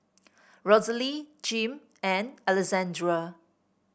Rosalie Jim and Alessandra